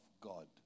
God